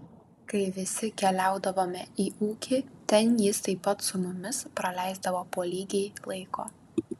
kai visi keliaudavome į ūkį ten jis taip pat su mumis praleisdavo po lygiai laiko